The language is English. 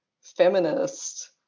feminist